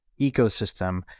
ecosystem